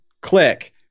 Click